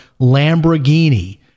Lamborghini